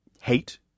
hate